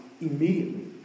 immediately